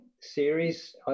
series